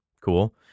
cool